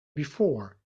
before